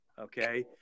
okay